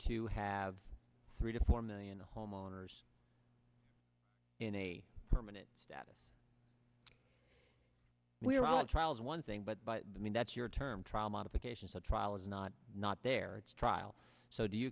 to have three to four million homeowners in a permanent status we're on trial is one thing but by the mean that's your term trial modifications the trial is not not their trial so do you